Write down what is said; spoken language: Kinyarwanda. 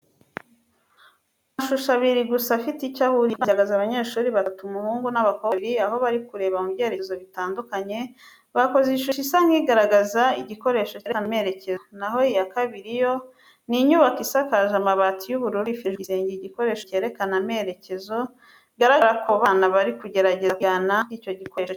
Ni amashusho abiri gusa afite icyo ahuriyeho. Ibanza igaragaza abanyeshuri batatu umuhungu n'abakobwa babiri, aho bari kureba mu byerekezo bitandukanye, bakoze ishusho isa nk'igaragaza igikoresho cyerekana amerekezo. Na ho iya kabiri yo ni inyubako isakaje amabati y'ubururu ifite hejuru ku gisenge igikoresho cyerekana amerekezo, bigaragara ko abo bana bari kugerageza kwigana uko icyo gikoresho kimeze.